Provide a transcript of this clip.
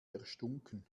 erstunken